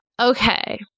Okay